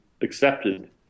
accepted